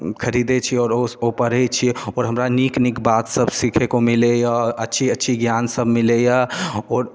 खरीदै छियै आओर ओ ओ पढ़ै छियै आओर हमरा नीक नीक बात सभ सीखैके मिलैए अच्छी अच्छी ज्ञान सभ मिलैए आओर